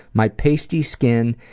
my pasty skin,